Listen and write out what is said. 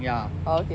ya